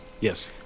Yes